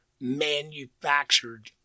manufactured